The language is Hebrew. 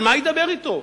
על מה ידבר אתו?